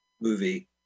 movie